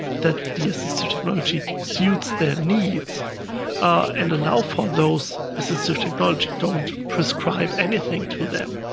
the the assistive technology suits their needs and allow for those assistive technology. don't prescribe anything to them.